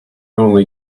only